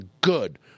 good